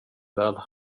väl